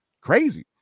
crazy